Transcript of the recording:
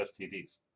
STDs